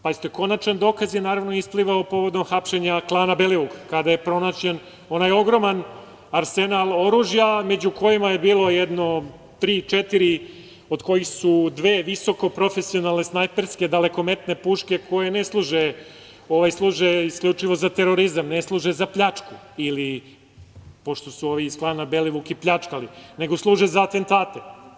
Pazite, konačan dokaz je naravno isplivao povodom hapšenja klana Belivuk kada je pronađen onaj ogroman arsenal oružja, među kojima je bilo jedno tri-četiri, od kojih su dve visokoprofesionalne snajperske dalekometne puške koje ne služe, služe isključivo za terorizam, ne služe za pljačke ili pošto su ovi iz klana Belivuk i pljačkali, nego služe za atentate.